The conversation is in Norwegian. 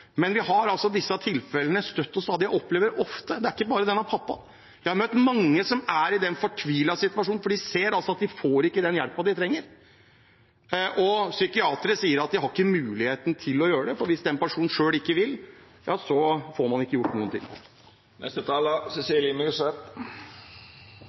men vi har disse tilfellene støtt og stadig. Jeg opplever det ofte, det er ikke bare denne pappaen. Jeg har møtt mange som er i en fortvilt situasjon, for de ser at de ikke får den hjelpen de trenger. Psykiatere sier at de ikke har mulighet til å gjøre noe, for hvis en person selv ikke vil, får man ikke gjort noen ting.